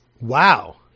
Wow